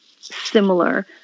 similar